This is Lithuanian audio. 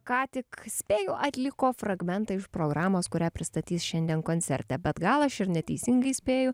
ką tik spėju atliko fragmentą iš programos kurią pristatys šiandien koncerte bet gal aš ir neteisingai spėju